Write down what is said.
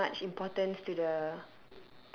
as much importance to the